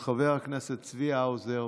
של חבר הכנסת צבי האוזר.